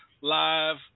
live